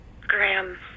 Graham